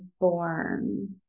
born